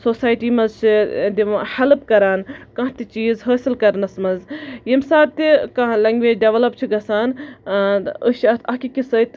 society منٛز چھِ help کران کانہہ تہِ چیٖز حٲصِل کرنَس منٛز ییٚمہِ ساتہٕ تہِ کانہہ لنگویج ڈٮ۪ولَپ چھِ گژھان أسۍ چھِ اَتھ اکھ أکِس سۭتۍ